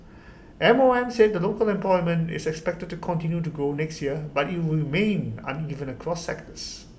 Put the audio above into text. M O M said local employment is expected to continue to grow next year but IT will remain uneven across sectors